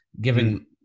giving